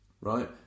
right